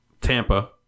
Tampa